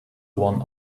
one